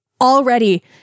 already